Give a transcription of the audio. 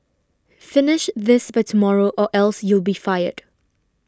finish this by tomorrow or else you'll be fired